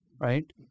right